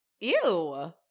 Ew